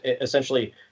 essentially